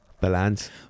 balance